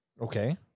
Okay